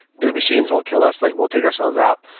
the machines won't kill us. like we'll take ourselves out.